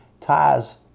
ties